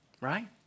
right